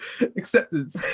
acceptance